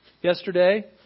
yesterday